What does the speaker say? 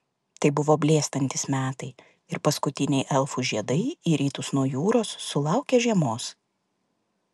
tai buvo blėstantys metai ir paskutiniai elfų žiedai į rytus nuo jūros sulaukė žiemos